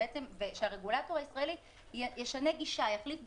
בעצם שהרגולטור הישראלי ישנה גישה, יחליף דיסקט.